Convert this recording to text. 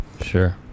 Sure